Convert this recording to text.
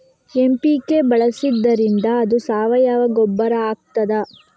MPK ಬಳಸಿದ್ದರಿಂದ ಅದು ಸಾವಯವ ಗೊಬ್ಬರ ಆಗ್ತದ?